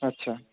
আচ্ছা